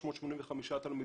385 תלמידים.